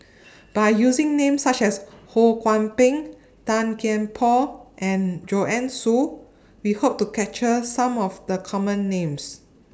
By using Names such as Ho Kwon Ping Tan Kian Por and Joanne Soo We Hope to capture Some of The Common Names